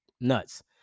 Nuts